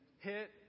hit